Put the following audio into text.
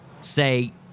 say